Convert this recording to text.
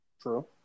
True